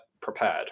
prepared